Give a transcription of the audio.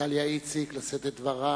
דליה איציק, לשאת את דברה.